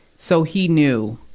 so, he knew,